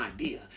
idea